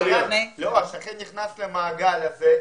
השכן נכנס למעגל הזה,